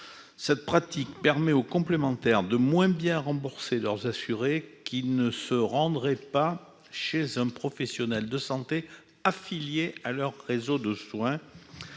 Cette pratique permet aux complémentaires santé de moins bien rembourser leurs assurés qui ne se rendraient pas chez un professionnel de santé affilié à leur réseau de soins,